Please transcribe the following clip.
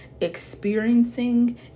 experiencing